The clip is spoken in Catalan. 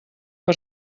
per